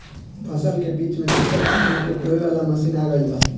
फसल के बीच मे दोसर फसल के बोवे वाला मसीन आ गईल बा